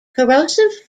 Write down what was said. corrosive